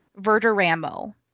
Verderamo